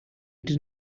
did